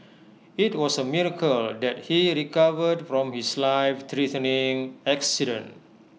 IT was A miracle that he recovered from his life threatening accident